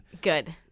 good